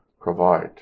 provide